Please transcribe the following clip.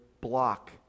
block